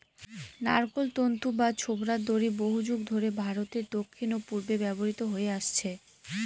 নারকোল তন্তু বা ছোবড়ার দড়ি বহুযুগ ধরে ভারতের দক্ষিণ ও পূর্বে ব্যবহৃত হয়ে আসছে